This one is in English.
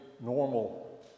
normal